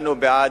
בה.